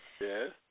yes